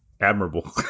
admirable